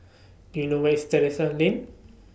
Do YOU know Where IS Terrasse Lane